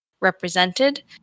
represented